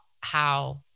how-